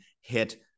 hit